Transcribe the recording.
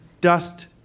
dust